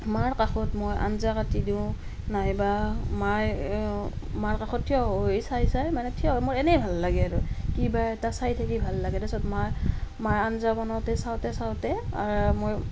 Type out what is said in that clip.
মাৰ কাষত মই আঞ্জা কাটি দিওঁ নাইবা মায়ে মাৰ কাষত ঠিয় হৈ চাই চাই মানে থিয় হৈ মোৰ এনেই ভাল লাগে আৰু কিবা এটা চাই থাকি ভাল লাগে তাৰপাছত মই মাৰ আঞ্জা বনাওঁতে চাওঁতে চাওঁতে মই